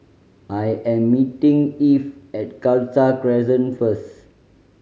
I am meeting Eve at Khalsa Crescent first